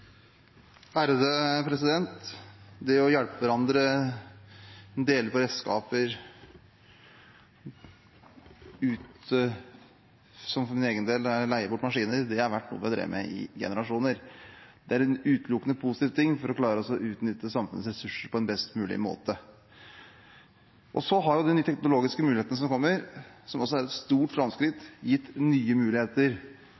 Det å hjelpe hverandre, det å dele på redskaper ute, og for min egen del, det å leie ut maskiner, er noe vi har drevet med i generasjoner. Dette er utelukkende positivt for å klare å utnytte samfunnets ressurser på en best mulig måte. Og så har den teknologiske muligheten som kommer, som også er et stort